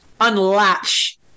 unlatch